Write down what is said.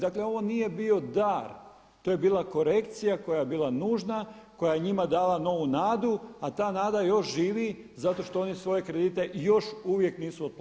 Dakle ovo nije bio dar to je bila korekcija koja je bila nužna, koja je njima dala novu nadu a ta nada još živi zato što oni svoje kredite još uvijek nisu otplatili.